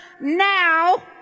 now